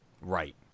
Right